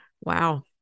Wow